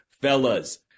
fellas